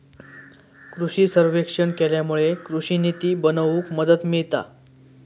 कृषि सर्वेक्षण केल्यामुळे कृषि निती बनवूक मदत मिळता